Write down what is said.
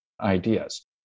ideas